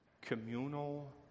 communal